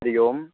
हरिः ओं